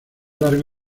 largo